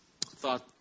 thought